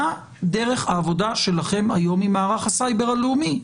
מה דרך העבודה שלכם היום עם מערך הסייבר הלאומי.